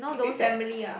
with family ah